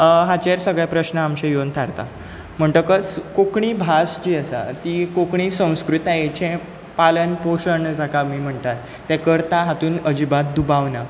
हाचेर सगळे प्रश्न आमचे येवन थारता म्हणटकच कोंकणी भास जी आसा ती कोंकणी संस्कृतायेचें पालन पोशण जाका आमी म्हणटात तें करता हातूंत अजिबात दुबाव ना